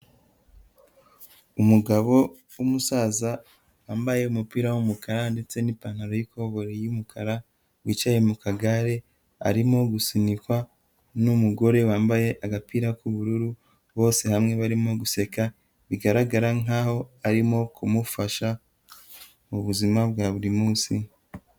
Umugabo w'umusaza wambaye umupira w'umukara ndetse n'ipantaro y'ikoboyi y'umukara wicaye mu kagare, arimo gusunikwa n'umugore wambaye agapira k'ubururu, bose hamwe barimo guseka, bigaragara nkaho arimo kumufasha mu buzima bwa buri munsi.